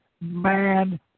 man